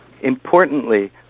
importantly